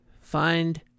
find